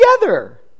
together